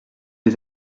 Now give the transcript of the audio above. les